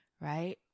right